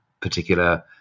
particular